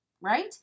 right